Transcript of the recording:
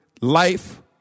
life